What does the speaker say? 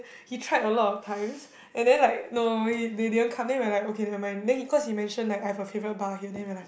he tried a lot of times and then like no he they didn't come then we are like okay never mind then he cause he mentioned like I've a favourite bar here then we are like